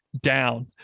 down